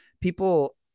people